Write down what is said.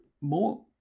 more